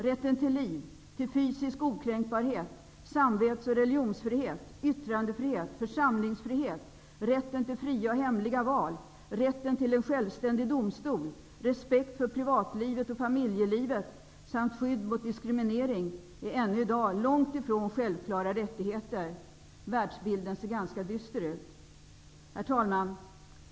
Rätten till liv, till fysisk okränkbarhet, till samvets och religionsfrihet, till yttrandefrihet, till församlingsfrihet, till fria och hemliga val, till en självständig domstol, till respekt för privatlivet och familjelivet samt till skydd mot diskriminering är ännu i dag långt ifrån självklara rättigheter. Världsbilden ser ganska dyster ut. Herr talman!